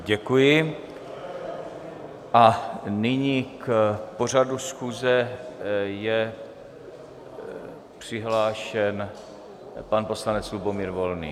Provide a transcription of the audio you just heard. Děkuji a nyní k pořadu schůze je přihlášen pan poslanec Lubomír Volný.